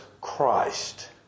Christ